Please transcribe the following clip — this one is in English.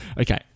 okay